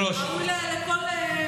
לא, באמת, תקשיבי, זה ראוי לכל הוקרה.